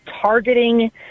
targeting